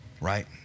right